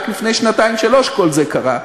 רק לפני שנתיים-שלוש כל זה קרה,